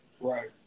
Right